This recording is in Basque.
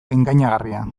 engainagarria